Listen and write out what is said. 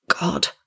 God